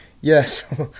Yes